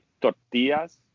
tortillas